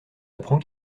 apprend